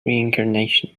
reincarnation